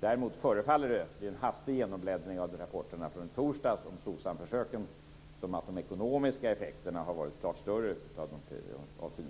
Däremot förefaller det, vid en hastig genombläddring av rapporterna från i torsdags om Socsamförsöken, som att de ekonomiska effekterna har varit klart större av Finsamförsöken.